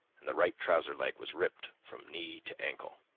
and the right trouser leg was ripped from knee to ankle.